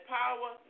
power